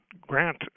grant